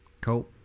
Cool